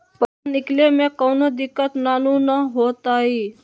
पईसा निकले में कउनो दिक़्क़त नानू न होताई?